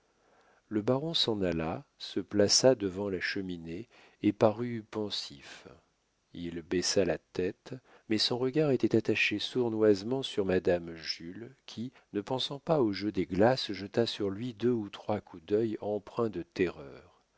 le baron s'en alla se plaça devant la cheminée et parut pensif il baissa la tête mais son regard était attaché sournoisement sur madame jules qui ne pensant pas au jeu des glaces jeta sur lui deux ou trois coups d'œil empreints de terreur